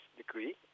degree